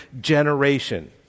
generation